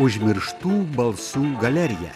užmirštų balsų galerija